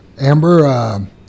Amber